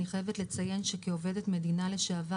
אני חייבת לציין שכעובדת מדינה לשעבר,